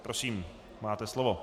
Prosím, máte slovo.